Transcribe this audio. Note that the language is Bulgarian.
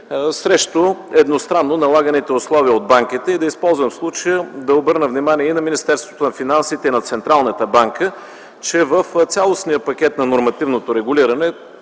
срещу едностранно налаганите условия от банките. Използвам случая да обърна внимание и на Министерството на финансите, и на Централната банка, че в цялостния пакет на нормативното регулиране